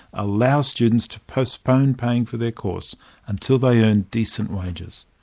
allows students to postpone paying for their course until they earn decent wages.